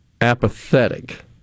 apathetic